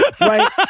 right